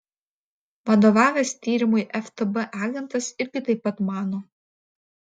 vadovavęs tyrimui ftb agentas irgi taip pat mano